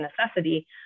necessity